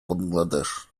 бангладеш